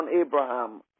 abraham